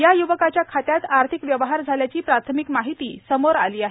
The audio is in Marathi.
या युवकाच्या खात्यात आर्थिक व्यवहार झाल्याची प्राथमिक माहिती समोर आली आहे